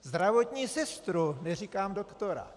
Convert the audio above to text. Zdravotní sestru, neříkám doktora!